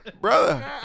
brother